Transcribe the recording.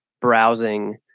browsing